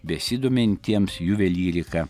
besidomintiems juvelyrika